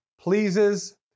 pleases